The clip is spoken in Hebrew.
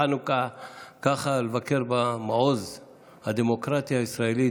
ברוכים הבאים ביום הראשון של חנוכה לבקר במעוז הדמוקרטיה הישראלית,